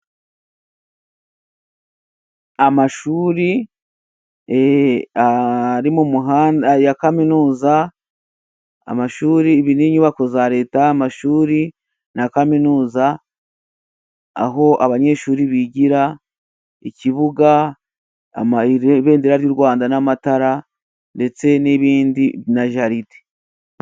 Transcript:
Amashuri ari mu muhanda ya kaminuza, amashuri n'inyubako za Leta, amashuri na kaminuza aho abanyeshuri bigira, ikibuga, ibendera ry'u Rwanda n'amatara ndetse n'ibindi na jaride.